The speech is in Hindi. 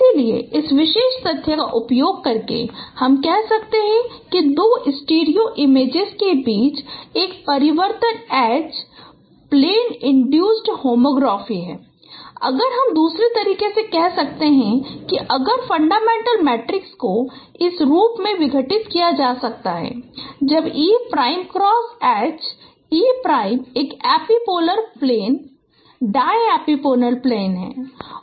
इसलिए इस विशेष तथ्य का उपयोग करके हम कह सकते हैं कि दो स्टीरियो इमेजेज के बीच एक परिवर्तन H प्लेन इन्ड्यूसड होमोग्राफी है अगर हम दूसरे तरीके से कह सकते हैं कि अगर फंडामेंटल मैट्रिक्स को इस रूप में विघटित किया जा सकता है जब e prime cross H e prime एक एपीपोलर प्लेन दाएं एपिपोल है